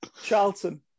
Charlton